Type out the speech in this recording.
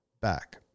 back